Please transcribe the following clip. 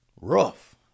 rough